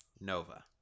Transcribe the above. Nova